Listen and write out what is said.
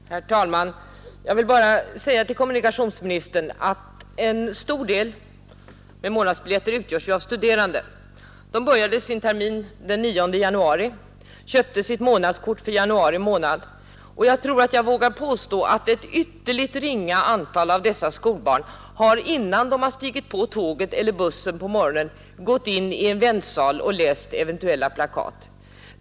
Herr talman! Jag vill bara säga till kommunikationsministern att en stor del av dem som köper månadsbiljetter utgörs ju av studerande. De började sin termin den 9 januari och köpte sitt månadskort för januari. Jag tror jag vågar påstå att ytterst få av dessa skolbarn har, innan de stigit på tåget eller bussen på morgonen, gått in i en väntsal och läst eventuella plakat.